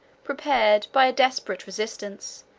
prepared, by a desperate resistance,